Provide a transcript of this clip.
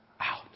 out